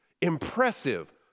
impressive